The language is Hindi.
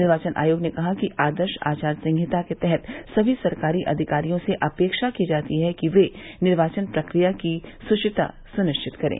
निर्वाचन आयोग ने कहा कि आदर्श आचार संहिता के तहत सभी सरकारी अधिकारियों से अपेक्षा की जाती है कि वे निर्वाचन प्रक्रिया की शुचिता सुनिश्चित करें